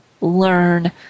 learn